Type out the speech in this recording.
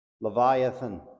Leviathan